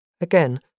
Again